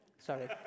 Sorry